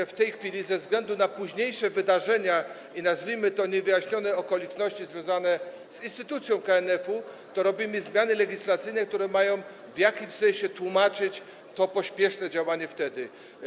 W tej chwili ze względu na późniejsze wydarzenia i, tak to nazwijmy, niewyjaśnione okoliczności związane z instytucją KNF-u robimy zmiany legislacyjne, które mają w jakimś sensie tłumaczyć to pospieszne działanie wtedy.